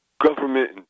government